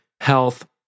health